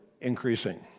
increasing